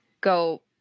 go